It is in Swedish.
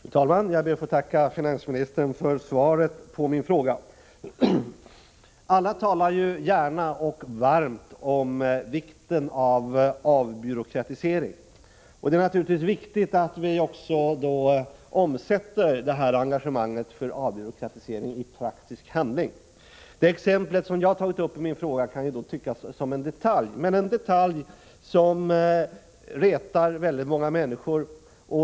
Fru talman! Jag ber att få tacka finansministern för svaret på min fråga. Alla talar gärna och varmt om vikten av avbyråkratisering. Det är naturligtvis viktigt att vi då omsätter detta engagemang för avbyråkratisering i praktisk handling. Det exempel som jag tagit upp i min fråga kan tyckas vara en detalj — men en detalj som retar väldigt många människor.